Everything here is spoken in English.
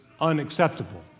unacceptable